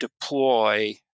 deploy